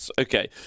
okay